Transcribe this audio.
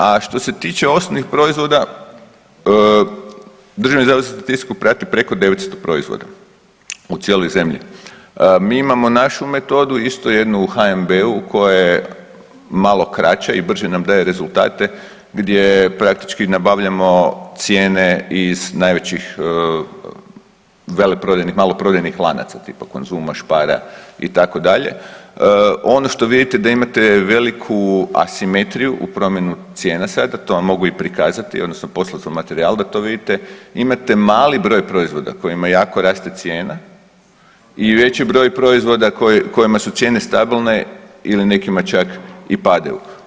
A što se tiče osnovnih proizvoda Državni zavod za statistiku prati preko 900 proizvoda u cijeloj zemlji, mi imamo našu metodu isto jednu u HNB-u koja je malo kraća i brže nam daje rezultate gdje praktički nabavljamo cijene iz najvećih veleprodajnih, maloprodajnih lanaca tipa Konzuma, Spara itd., ono što vidite da imate veliku asimetriju u promjenu cijena sada to vam mogu i prikazati odnosno poslati materijal da to vidite imate mali broj proizvoda kojima jako raste cijena i veći broj proizvoda kojima su cijene stabilne ili nekima čak i padaju.